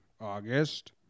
August